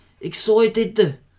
excited